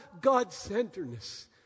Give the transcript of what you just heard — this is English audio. God-centeredness